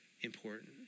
important